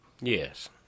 Yes